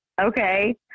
Okay